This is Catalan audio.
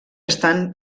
estan